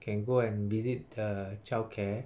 can go and visit the child care